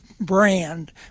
brand